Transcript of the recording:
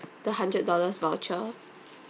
the hundred dollars voucher